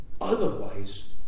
otherwise